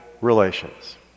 relations